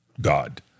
god